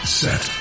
set